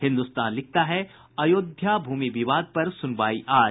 हिन्दुस्तान लिखता है अयोध्या भूमि विवाद पर सुनवाई आज